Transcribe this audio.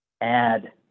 add